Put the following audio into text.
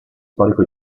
storico